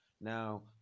now